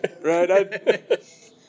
right